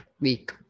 week